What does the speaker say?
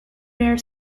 their